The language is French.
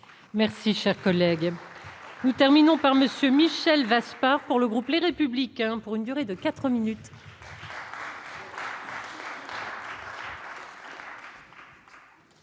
Merci, cher collègue, nous terminons par Monsieur Michel Vespa. Pour le groupe, les républicains pour une durée de 4 minutes.